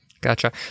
Gotcha